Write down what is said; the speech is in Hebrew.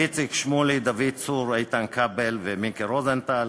איציק שמולי, דוד צור, איתן כבל ומיקי רוזנטל,